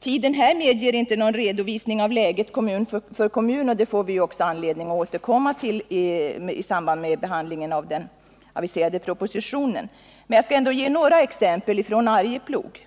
Tiden här medger inte någon redovisning av läget kommun för kommun -— det får vi f.ö. anledning återkomma till i samband med behandlingen av den aviserade propositionen -- men jag skall ändå ge några exempel från Arjeplog.